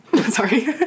Sorry